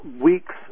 weeks